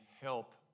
help